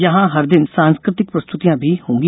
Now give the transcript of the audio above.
यहां हर दिन सांस्कृतिक प्रस्तुतियां भी होंगी